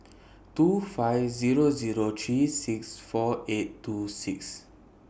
two five Zero Zero three six four eight two six